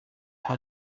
how